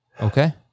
Okay